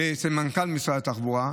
ואצל מנכ"ל משרד התחבורה.